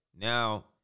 Now